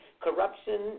corruption